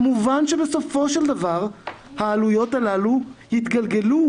כמובן שבסופו של דבר העלויות הללו יתגלגלו